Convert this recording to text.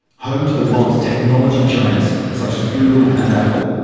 home to the world's technology giants such as google and apple,